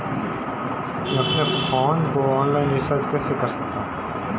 मैं अपने फोन को ऑनलाइन रीचार्ज कैसे कर सकता हूं?